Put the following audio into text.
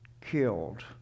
killed